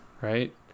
right